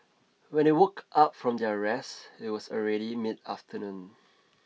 when they woke up from their rest it was already mid afternoon